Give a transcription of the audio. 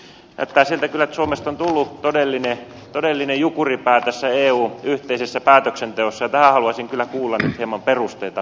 näyttää kyllä siltä että suomesta on tullut todellinen jukuripää tässä eun yhteisessä päätöksenteossa ja tähän haluaisin kyllä kuulla nyt hieman perusteita rouva ministeriltä